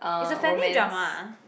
is a family drama ah